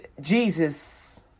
Jesus